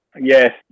Yes